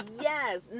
Yes